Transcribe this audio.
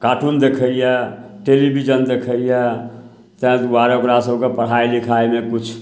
cartoon देखैए television देखैए ताहि दुआरे ओकरासभकेँ पढ़ाइ लिखाइमे किछु